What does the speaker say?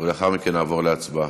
לאחר מכן נעבור להצבעה.